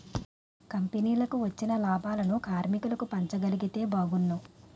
కంపెనీకి వచ్చిన లాభాలను కార్మికులకు పంచగలిగితే బాగున్ను